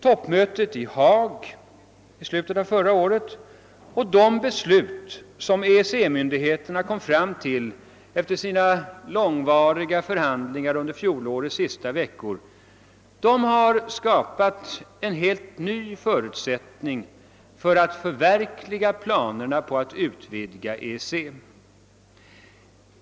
Toppmötet i Haag i slutet av förra året och de beslut som EEC-myndigheterna kom fram till efter sina långvariga förhandlingar under fjolårets sista veckor har skapat en helt ny förutsättning för att förverkliga planerna på att utvidga EEC.